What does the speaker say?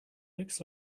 looks